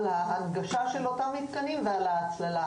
על ההנגשה ועל ההצללה של אותם המתקנים.